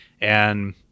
And-